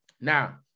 Now